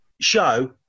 show